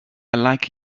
like